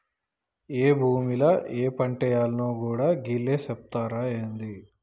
ఏ భూమిల ఏ పంటేయాల్నో గూడా గీళ్లే సెబుతరా ఏంది?